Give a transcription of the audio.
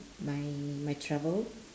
my my travel